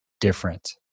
different